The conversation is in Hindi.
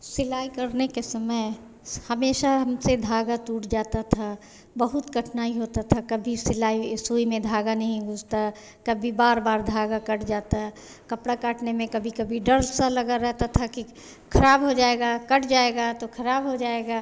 सिलाई करने के समय हमेशा हमसे धागा टूट जाता था बहुत कठिनाई होती थी कभी सिलाई सुईं में धागा नहीं घुसता कभी बार बार धागा कट जाता कपड़ा काटने में कभी कभी डर सा लगा रहता था कि ख़राब हो जाएगा कट जाएगा तो ख़राब हो जाएगा